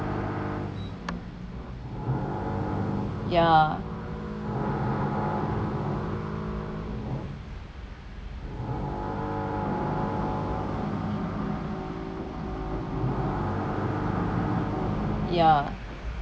ya ya ya